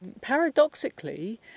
paradoxically